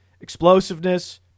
explosiveness